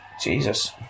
Jesus